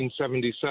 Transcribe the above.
1977